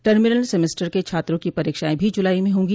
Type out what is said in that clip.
terminal semester के छात्रों की परीक्षाएं भी जुलाई में होंगी